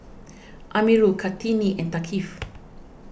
Amirul Kartini and Thaqif